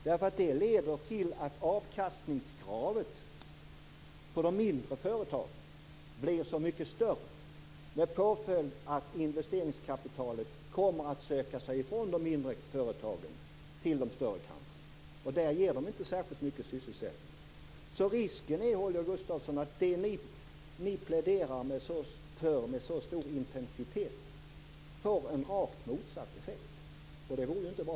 Det leder nämligen till att avkastningskravet på de mindre företagen blir så mycket större med påföljd att investeringskapitalet kommer att söka sig ifrån de mindre företagen till de större, och där ger de inte särskilt mycket sysselsättning. Så risken är, Holger Gustafsson, att det ni pläderar för med så stor intensitet skulle få en rakt motsatt effekt, och det vore ju inte bra.